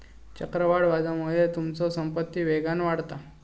चक्रवाढ व्याजामुळे तुमचो संपत्ती वेगान वाढता